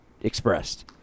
expressed